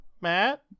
Matt